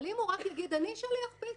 אבל אם הוא רק יגיד "אני שליח פיצה",